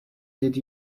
did